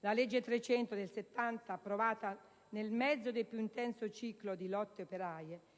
La legge n. 300 del 1970, approvata nel mezzo del più intenso ciclo di lotte operaie